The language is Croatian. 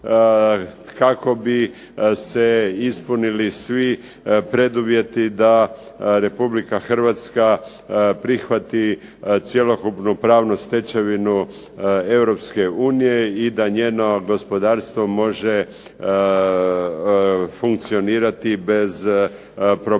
kako bi se ispunili svi preduvjeti da Republika Hrvatska prihvati cjelokupnu pravnu stečevinu Europske unije i da njeno gospodarstvo može funkcionirati bez problema.